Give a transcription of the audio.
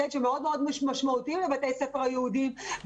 שהיא מאוד משמעותית בבתי הספר היהודיים,